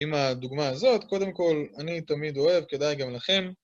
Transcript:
עם הדוגמה הזאת, קודם כל אני תמיד אוהב, כדאי גם לכם